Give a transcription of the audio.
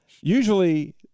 usually